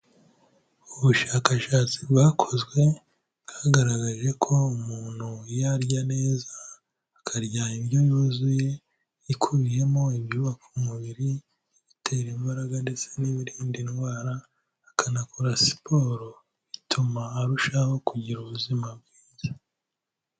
Ubushakashatsi bwakozwe bwagaragaje ko umuntu iyo arya neza akarya indyo yuzuye ikubiyemo ibyubaka umubiri, ibitera imbaraga, ndetse n'ibirinda indwara, akanakora siporo ituma arushaho kugira ubuzima bwiza.